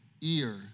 ear